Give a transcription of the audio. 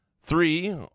Three